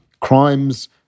crimes